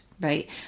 Right